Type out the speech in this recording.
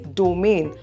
domain